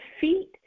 feet